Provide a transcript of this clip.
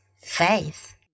faith